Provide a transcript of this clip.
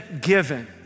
given